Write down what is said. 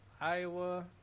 Iowa